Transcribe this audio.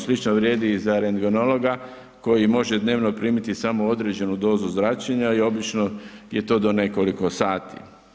Slično vrijedi i za rendgenologa koji može dnevno primiti samo određenu dozu zračenja i obično je to do nekoliko sati.